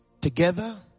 Together